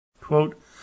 Quote